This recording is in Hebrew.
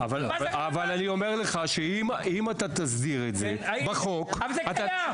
אבל אני אומר לך שאם תסדיר את זה בחוק -- אבל זה קיים.